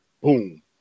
boom